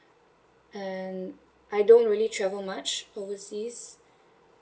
and I don't really travel much overseas